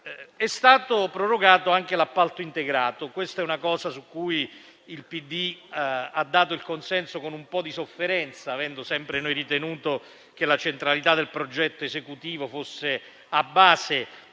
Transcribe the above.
È stato prorogato anche l'appalto integrato: questa è una misura su cui il PD ha dato il consenso con un po' di sofferenza, avendo sempre ritenuto che la centralità del progetto esecutivo fosse alla base